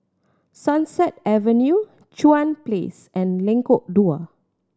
Sunset Avenue Chuan Place and Lengkok Dua